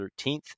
13th